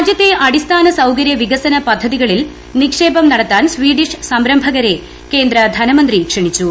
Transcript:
രാജ്യത്തെ അടിസ്ഥാന സൌകര്യ വികസന പദ്ധതികളിൽ നിക്ഷേപം നടത്താൻ സ്വീഡിഷ് സംരംഭകരെ കേന്ദ്ര ധനമന്ത്രി ക്ഷണിച്ചു